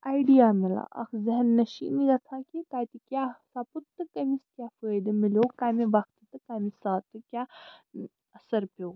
idea میلان اَکھ ذہن نَشی گژھان کہِ کَتہِ کیٛاہ سَپُد تہٕ کٔمِس کیٛاہ فٲیِدٕ میلیٛو کَمہِ وقتہٕ تہٕ کَمہِ ساتہٕ کیٛاہ اَثر پیٛو